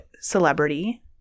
celebrity